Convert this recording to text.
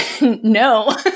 No